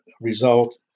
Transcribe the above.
result